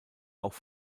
auch